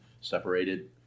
Separated